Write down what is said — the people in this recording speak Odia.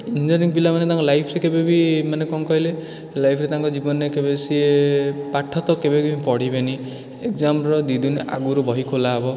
ଇଞ୍ଜିନିୟରିଙ୍ଗ୍ ପିଲାମାନେ ତାଙ୍କ ଲାଇଫ୍ରେ କେବେ ବି ମାନେ କ'ଣ କହିଲେ ଲାଇଫ୍ରେ ତାଙ୍କ ଜୀବନରେ କେବେ ପାଠ ତ କେବେ ପଢ଼ିବେନି ଏଗଜାମ୍ର ଦୁଇ ଦିନ ଆଗରୁ ବହି ଖୋଲା ହେବ